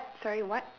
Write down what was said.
sorry what